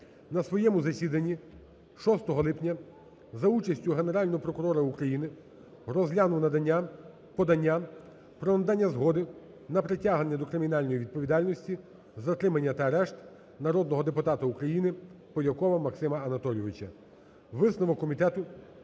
на своєму засіданні 7 липня за участю Генерального прокурора України розглянув подання про надання згоди на притягнення до кримінальної відповідальності, затримання та арешт народного депутата України Розенблата Борислава Соломоновича.